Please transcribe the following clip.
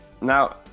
Now